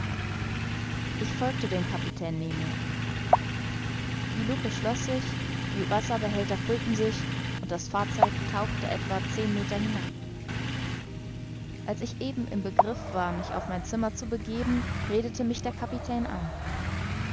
ich folgte dem kapitän nemo die lucke schloß sich die wasserbehälter füllten sich und das fahrzeug tauchte etwa zehn meter hinab als ich eben im begriff war mich auf mein zimmer zu begeben redete mich der kapitän an